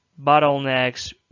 bottlenecks